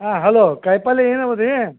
ಹಾಂ ಹಲೋ ಕಾಯಿ ಪಲ್ಲೆ ಏನು ಅವ ರೀ